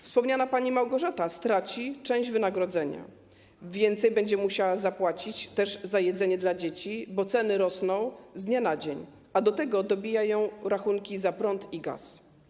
Wspomniana pani Małgorzata straci część wynagrodzenia, więcej będzie musiała zapłacić też za jedzenie dla dzieci, bo ceny rosną z dnia na dzień, a do tego dobijają ją rachunki za prąd i gaz.